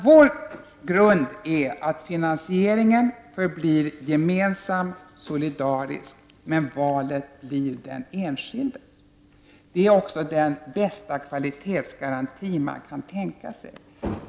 Vår grund är att finansieringen förblir gemensam och solidarisk, men valet blir den enskildes.